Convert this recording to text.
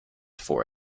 for